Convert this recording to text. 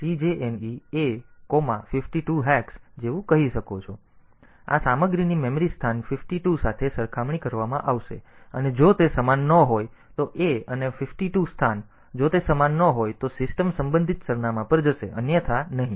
તમે CJNE A 52hex l જેવું કહી શકો છો આના જેવું કંઈક જ્યાં નોંધાયેલ આ સામગ્રીની મેમરી સ્થાન 52 સાથે સરખામણી કરવામાં આવશે અને જો તે સમાન ન હોય તો a અને 52 સ્થાન જો તે સમાન ન હોય તો સિસ્ટમ સંબંધિત સરનામાં પર જશે અન્યથા તે નહીં